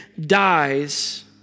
dies